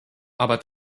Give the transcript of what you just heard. aber